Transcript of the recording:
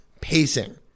pacing